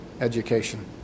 education